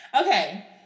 Okay